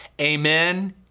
amen